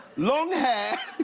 long hair,